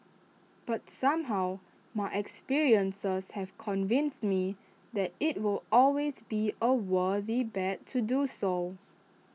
but somehow my experiences have convinced me that IT will always be A worthy bet to do so